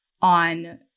on